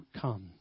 come